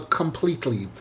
completely